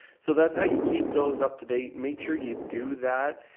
so that's how you keep those up to date. make sure you do that,